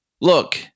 Look